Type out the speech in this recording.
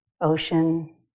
ocean